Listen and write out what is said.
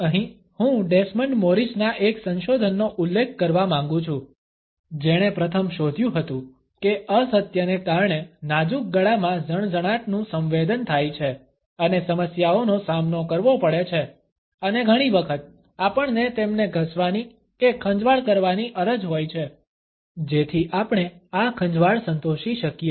અહીં હું ડેસમન્ડ મોરિસના એક સંશોધનનો ઉલ્લેખ કરવા માંગુ છું જેણે પ્રથમ શોધ્યું હતું કે અસત્યને કારણે નાજુક ગળામાં ઝણઝણાટનું સંવેદન થાય છે અને સમસ્યાઓનો સામનો કરવો પડે છે અને ઘણી વખત આપણને તેમને ઘસવાની કે ખંજવાળ કરવાની અરજ હોય છે જેથી આપણે આ ખંજવાળ સંતોષી શકીએ